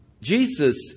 Jesus